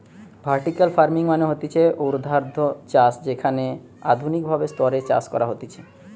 vertical farming মানে হতিছে ঊর্ধ্বাধ চাষ যেখানে আধুনিক ভাবে স্তরে চাষ করা হতিছে